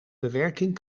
bewerking